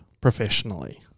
professionally